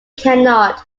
cannot